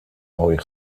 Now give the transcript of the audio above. mooie